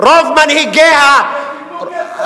רוב מנהיגיה, וקיבלו כסף מהמדינות שהם פעלו נגדן.